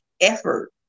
effort